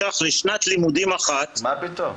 שם הלימודים יותר יקרים